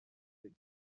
بگی